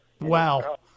Wow